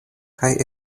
kaj